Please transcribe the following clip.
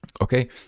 Okay